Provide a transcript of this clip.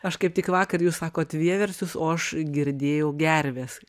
aš kaip tik vakar jūs sakot vieversius o aš girdėjau gerves